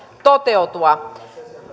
toteutua